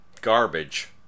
garbage